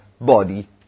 body